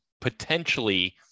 potentially